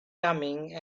coming